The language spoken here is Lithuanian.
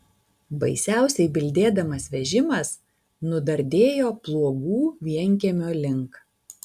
baisiausiai bildėdamas vežimas nudardėjo pluogų vienkiemio link